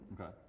Okay